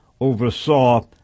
oversaw